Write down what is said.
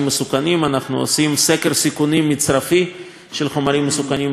אנחנו עושים סקר סיכונים מצרפי של חומרים מסוכנים במפרץ חיפה.